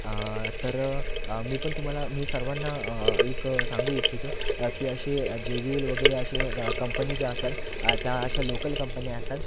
तर मी पण तुम्हाला मी सर्वांना एक सांगू इच्छितो की असे जे बी एल वगैरे असे कंपनी जे असतात त्या अश्या लोकल कंपन्या असतात